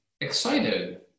excited